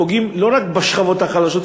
לא רק בשכבות החלשות,